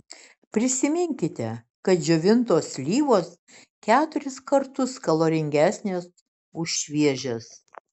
prisiminkite kad džiovintos slyvos keturis kartus kaloringesnės už šviežias